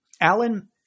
Alan